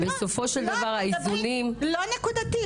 לא נקודתי.